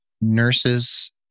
nurses